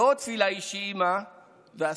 ועוד תפילה אישית שעימה אסיים: